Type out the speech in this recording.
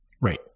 Right